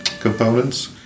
components